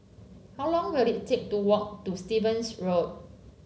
how long will it take to walk to Stevens Road